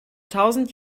tausend